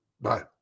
Bye